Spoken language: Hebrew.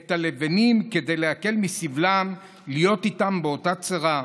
איתם את הלבנים כדי להקל את סבלם להיות איתם באותה צרה.